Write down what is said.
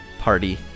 party